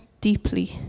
deeply